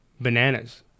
Bananas